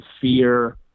fear